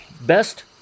best